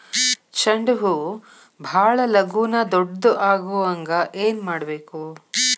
ಚಂಡ ಹೂ ಭಾಳ ಲಗೂನ ದೊಡ್ಡದು ಆಗುಹಂಗ್ ಏನ್ ಮಾಡ್ಬೇಕು?